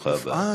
ברוכה הבאה.